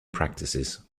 practices